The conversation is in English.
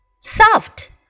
Soft